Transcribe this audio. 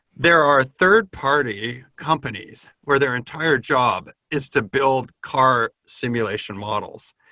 there are third-party companies where their entire job is to build car simulation models,